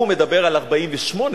הוא מדבר על 1948,